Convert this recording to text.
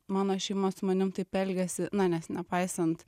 mano šeima su manim taip elgiasi na nes nepaisant